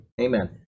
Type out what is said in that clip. Amen